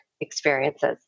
experiences